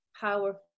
powerful